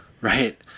Right